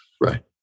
Right